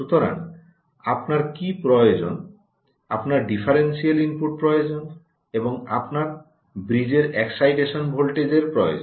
সুতরাং আপনার কি প্রয়োজন আপনার ডিফারেনশিয়াল ইনপুট প্রয়োজন এবং আপনার ব্রিজের এক্সাইটেশন ভোল্টেজের প্রয়োজন